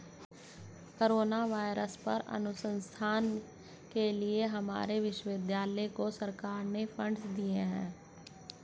corona virus पर अनुसंधान के लिए हमारे विश्वविद्यालय को सरकार ने फंडस दिए हैं